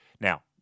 Now